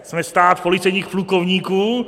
Jsme stát policejních plukovníků?